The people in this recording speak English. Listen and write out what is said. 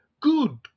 Good